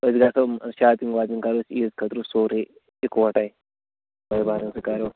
أسۍ گَژھو شاپِنٛگ واپِنٛگ کَرو أسۍ عیٖذ خٲطرٕ سورُے اِکوٹے کرو